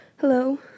Hello